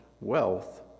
wealth